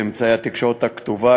בתקשורת הכתובה,